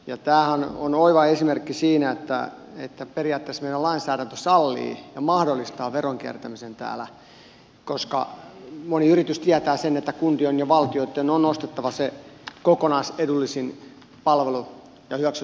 tämähän on oiva esimerkki siitä että periaatteessa meidän lainsäädäntömme sallii ja mahdollistaa veronkiertämisen täällä koska moni yritys tietää sen että kuntien ja valtion on ostettava se kokonaisedullisin palvelu ja hyväksyttävä se tarjous